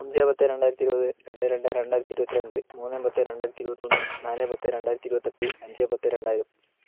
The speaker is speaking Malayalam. അഞ്ച് പത്ത് രണ്ടായിരത്തി ഇരുപത് രണ്ട് രണ്ട് രണ്ടായിരത്തി ഇരുപത്തരണ്ട് മൂന്ന് പത്ത് രണ്ടായിരത്തി ഇരുപത്തൊന്ന് നാല് പത്ത് രണ്ടായിരത്തി ഇരുപത്തെട്ട് അഞ്ച് പത്ത് രണ്ടായിരം